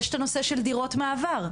יש את הנושא של דירות מעבר,